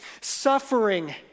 suffering